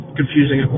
confusing